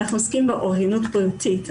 אנחנו עוסקים באוריינות בריאותית.